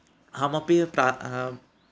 अहमपि प्रातः